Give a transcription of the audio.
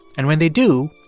and when they do,